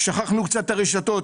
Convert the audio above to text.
שכחנו קצת את הרשתות,